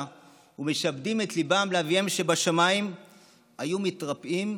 ומשעבדים את ליבם לאביהם שבשמיים היו מתרפאים,